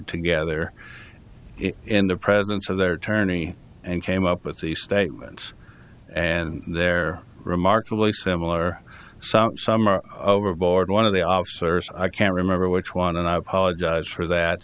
together in the presence of their attorney and came up with the statements and they're remarkably similar some are overboard one of the officers i can't remember which one and i apologize for that